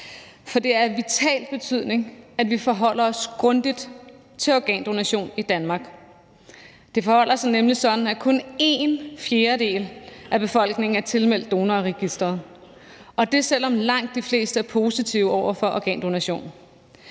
for det er af vital betydning, at vi forholder os grundigt til organdonation i Danmark. Det forholder sig nemlig sådan, at kun én fjerdedel af befolkningen er tilmeldt Organdonorregisteret, og det, selv om langt de fleste er positive over for organdonation.